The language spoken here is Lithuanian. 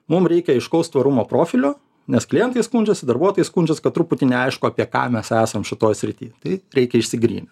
mum reikia aiškaus tvarumo profilio nes klientai skundžiasi darbuotojai skundžias kad truputį neaišku apie ką mes esam šitoj srity tai reikia išsigrynint